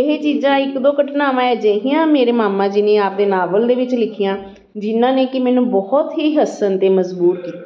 ਇਹ ਚੀਜ਼ਾਂ ਇੱਕ ਦੋ ਘਟਨਾਵਾਂ ਅਜਿਹੀਆਂ ਮੇਰੇ ਮਾਮਾ ਜੀ ਨੇ ਆਪਦੇ ਨਾਵਲ ਦੇ ਵਿੱਚ ਲਿਖੀਆਂ ਜਿਨ੍ਹਾਂ ਨੇ ਕਿ ਮੈਨੂੰ ਬਹੁਤ ਹੀ ਹੱਸਣ 'ਤੇ ਮਜ਼ਬੂਰ ਕੀਤਾ